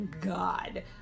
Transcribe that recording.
god